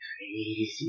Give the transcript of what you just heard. Crazy